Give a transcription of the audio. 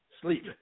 sleep